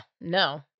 no